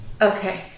Okay